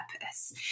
purpose